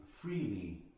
freely